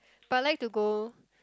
but I like to go